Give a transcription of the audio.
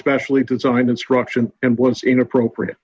specially designed instruction and once inappropriate